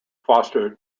foster